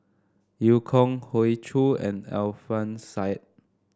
Eu Kong Hoey Choo and Alfian Sa'at